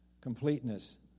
completeness